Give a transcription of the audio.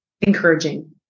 encouraging